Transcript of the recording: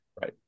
Right